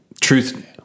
Truth